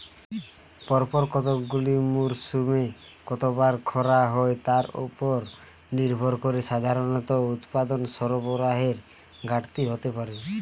পরপর কতগুলি মরসুমে কতবার খরা হয় তার উপর নির্ভর করে সাধারণত উৎপাদন সরবরাহের ঘাটতি হতে পারে